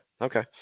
Okay